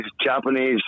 Japanese